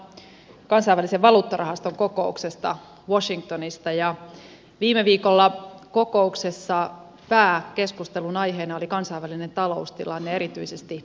palasin tänä aamuna kansainvälisen valuuttarahaston kokouksesta washingtonista ja viime viikolla kokouksessa pääkeskustelunaiheena oli kansainvälinen taloustilanne erityisesti euroopan talous